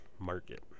market